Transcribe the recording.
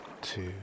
two